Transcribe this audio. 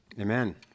Amen